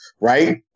right